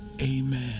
amen